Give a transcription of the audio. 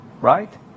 right